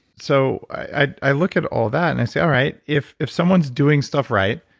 so i i look at all that and i say, all right, if if someone's doing stuff right,